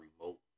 remote